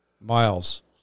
Miles